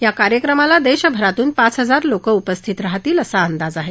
या कार्यक्रमाला देशभरातून पाच हजार लोक उपस्थित राहतील असा अंदाज आहे